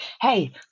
hey